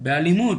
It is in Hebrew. באלימות.